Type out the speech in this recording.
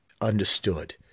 understood